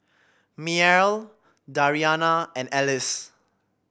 Mearl Dariana and Alice